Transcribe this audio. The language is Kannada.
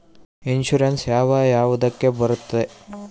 ಇನ್ಶೂರೆನ್ಸ್ ಯಾವ ಯಾವುದಕ್ಕ ಬರುತ್ತೆ?